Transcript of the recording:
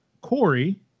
Corey